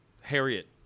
Harriet